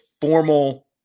formal